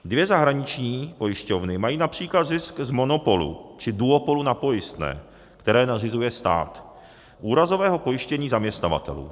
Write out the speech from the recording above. Dvě zahraniční pojišťovny mají například zisk z monopolu, či duopolu na pojistné, které nařizuje stát, z úrazového pojištění zaměstnavatelů.